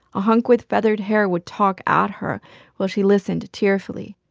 a hunk with feathered hair would talk at her while she listened tearfully.